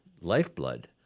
lifeblood